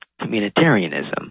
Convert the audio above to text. communitarianism